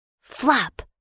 Flap